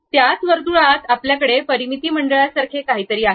त्याच वर्तुळात आपल्याकडे परिमिती मंडळासारखे काहीतरी आहे